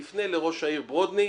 תפנה לראש העיר ברודני.